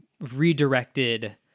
redirected